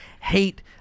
hate